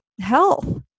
health